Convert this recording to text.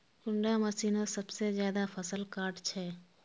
कुंडा मशीनोत सबसे ज्यादा फसल काट छै?